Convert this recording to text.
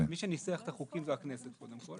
מי שניסח את החוקים זו הכנסת קודם כל.